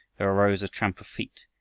there arose a tramp of feet,